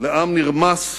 לעם נרמס,